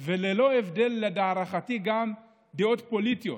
וללא הבדל, להערכתי, גם של דעות פוליטיות.